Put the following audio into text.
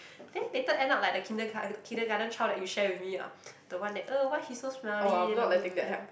then later end up like the Kindergar~ Kindergarten child that you share with me ah the one that !ugh! why he so smelly then the